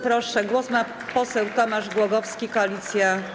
Proszę, głos ma poseł Tomasz Głogowski, Koalicja.